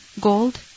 gold